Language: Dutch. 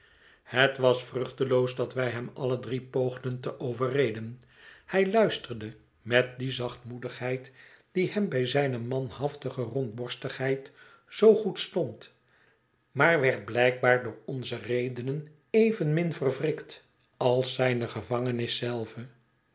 het was vruchteloos dat wij hem alle drie poogden te overreden hij luisterde met die zachtmoedigheid die hem bij zijne manhaftige rondborstigheid zoo goed stond maar werd blijkbaar door onze redenen evenmin verwrikt als zijne gevangenis zelve